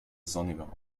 sonniger